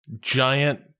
giant